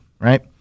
Right